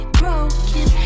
broken